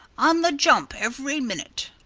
on the jump every minute!